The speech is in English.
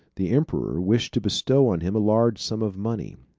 the emperor wished to bestow on him a large sum of money,